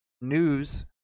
news